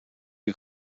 you